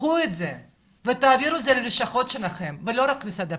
קחו את זה ותעבירו את זה ללשכות שלכם ולא רק משרד הפנים.